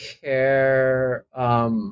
care